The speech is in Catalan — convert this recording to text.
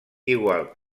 igual